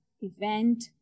event